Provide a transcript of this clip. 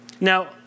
Now